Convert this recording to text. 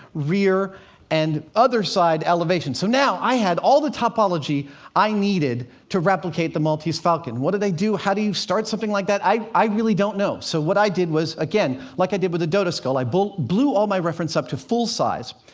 rear and other side elevation. so now, i had all the topology i needed to replicate the maltese falcon. what do they do, how do you start something like that? i i really don't know. so what i did was, again, like i did with the dodo skull, i but blew all my reference up to full size,